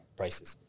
prices